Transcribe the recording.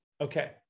Okay